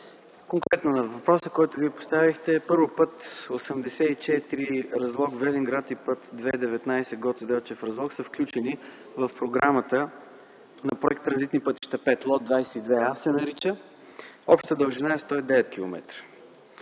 Конкретно на въпроса, който вие поставихте. Първо, път 84 – Разлог-Велинград и път 2-19 – Гоце Делчев-Разлог, са включени в програмата на проект „Транзитни пътища 5” – лот 22а, се нарича. Общата дължина е 109